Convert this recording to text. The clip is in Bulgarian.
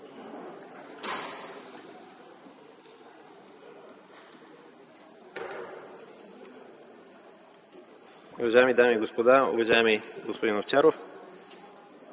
Уважаеми дами и господа, уважаеми господин Овчаров!